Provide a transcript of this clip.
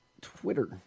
Twitter